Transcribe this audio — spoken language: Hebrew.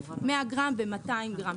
100 גרם ו-200 גרם.